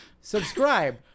Subscribe